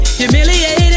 humiliated